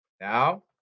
Now